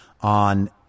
on